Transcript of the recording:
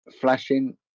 flashing